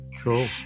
cool